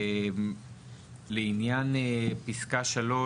לעניין פסקה 3,